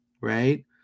right